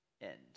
end